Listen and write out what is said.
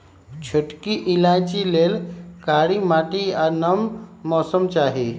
छोटकि इलाइचि लेल कारी माटि आ नम मौसम चाहि